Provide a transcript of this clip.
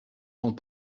sont